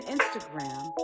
Instagram